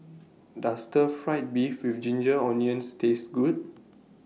Does Stir Fried Beef with Ginger Onions Taste Good